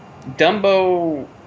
Dumbo